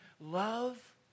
love